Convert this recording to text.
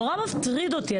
נורא מטריד אותי,